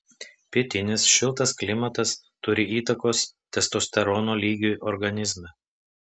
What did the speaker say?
pietinis šiltas klimatas turi įtakos testosterono lygiui organizme